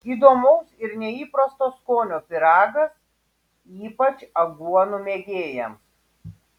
įdomaus ir neįprasto skonio pyragas ypač aguonų mėgėjams